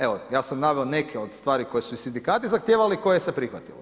Evo ja sam naveo neke od stvari koje su i sindikati zahtijevali i koje se prihvatilo.